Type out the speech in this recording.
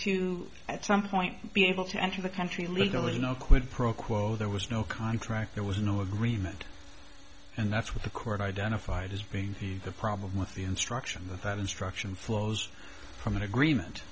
to at some point be able to enter the country legally no quid pro quo there was no contract there was no agreement and that's what the court identified as being the the problem with the instruction that that instruction flows from an agreement